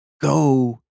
go